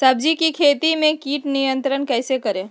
सब्जियों की खेती में कीट नियंत्रण कैसे करें?